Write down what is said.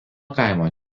kaimo